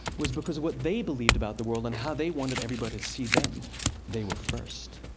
was because of what they believed about the world, and how they wanted everybody to see them they were first.